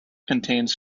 contains